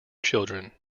children